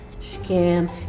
scam